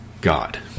God